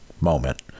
moment